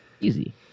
Easy